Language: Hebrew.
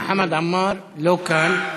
חמד עמאר, לא כאן.